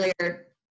earlier